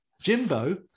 Jimbo